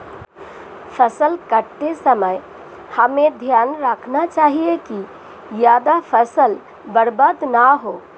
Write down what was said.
फसल काटते समय हमें ध्यान रखना चाहिए कि ज्यादा फसल बर्बाद न हो